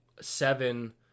seven